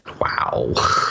Wow